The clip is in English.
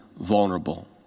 vulnerable